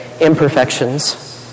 imperfections